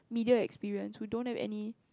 media experience who don't have any